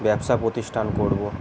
ব্যবসা প্রতিষ্ঠান করব